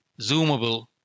Zoomable